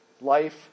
life